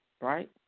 right